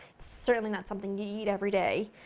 certainly not something you eat every day,